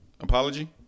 Apology